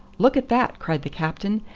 look at that, cried the captain.